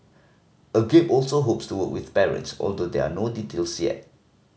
Agape also hopes to work with parents although there are no details yet